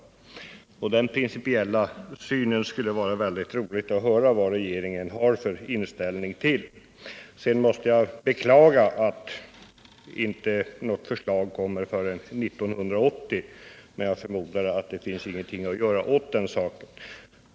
Det skulle vara roligt att höra vad regeringen har för inställning till den principiella synen. Sedan måste jag beklaga att det inte kommer något förslag förrän 1980. Jag förmodar att det inte finns någonting att göra åt den saken.